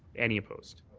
any opposed?